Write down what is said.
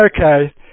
okay